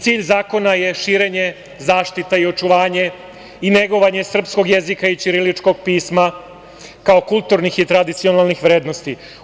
Cilj zakona je širenje, zaštita i očuvanje i negovanje srpskog jezika i ćiriličkog pisma, kao kulturnih i tradicionalnih vrednosti.